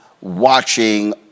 watching